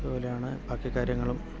അതുപോലെയാണ് ബാക്കി കാര്യങ്ങളും